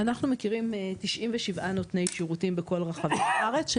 אנחנו מכירים 97 נותני שירותים בכל רחבי הארץ,